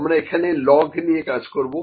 আমরা এখানে লগ নিয়ে কাজ করব